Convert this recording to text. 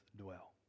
dwell